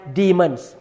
demons